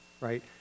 right